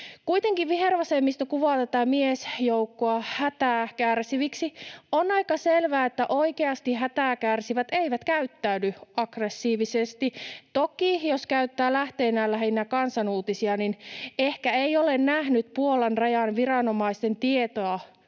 Kuitenkin vihervasemmisto kuvaa tätä miesjoukkoa hätää kärsiviksi. On aika selvää, että oikeasti hätää kärsivät eivät käyttäydy aggressiivisesti. Toki, jos käyttää lähteenään lähinnä Kansan Uutisia, ehkä ei ole nähnyt Puolan rajan viranomaisten tietoa